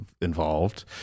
involved